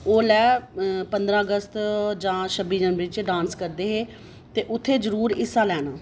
ओह् ओल्लै पंदरां अगस्त जां छब्बी जनवरी च डांस करदे हे ते उत्थै जरूर हिस्सा लैना